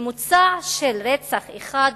ממוצע של רצח אחד בשבוע.